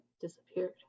disappeared